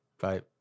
Bye